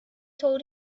told